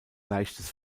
leichtes